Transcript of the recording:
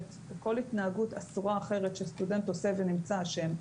או בכל התנהגות אסורה אחרת שסטודנט עושה ונמצא אשם,